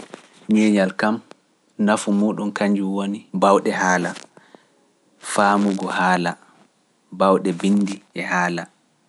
Ɲeeñal ɗe ndafo ɗe ɓaawɗe haala, ɓaawɗe ɓinndi ɗe ɓaawɗe ɓaawɗe haala.